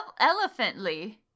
elephantly